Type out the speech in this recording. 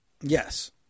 Yes